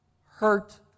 hurt